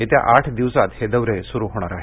येत्या आठ दिवसात हे दौरे सुरू होणार आहेत